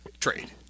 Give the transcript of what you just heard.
trade